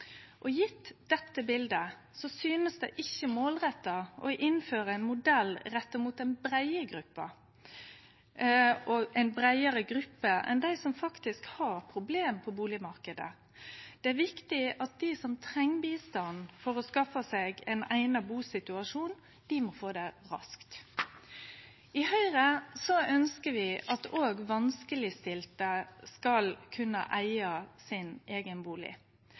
synest det ikkje målretta å innføre ein modell retta mot ei breiare gruppe enn dei som faktisk har problem på bustadmarknaden. Det er viktig at dei som treng bistand for å skaffe seg ein eigna busituasjon, må få det raskt. I Høgre ønskjer vi at òg vanskelegstilte skal kunne eige sin eigen